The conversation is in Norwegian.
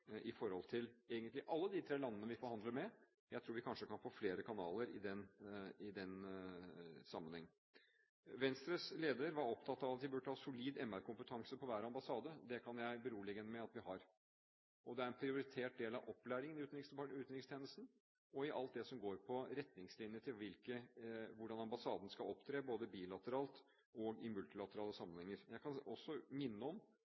i forhold til alle de tre landene vi forhandler med. Jeg tror vi kanskje kan få flere kanaler i den sammenheng. Venstres leder var opptatt av at vi burde ha solid MR-kompetanse på hver ambassade. Det kan jeg berolige henne med at vi har. Det er en prioritert del av opplæringen i utenrikstjenesten og i alt det som går på retningslinjer for hvordan ambassaden skal opptre, både bilateralt og i multilaterale sammenhenger. Jeg kan også minne om